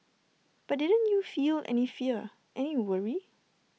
but didn't you feel any fear any worry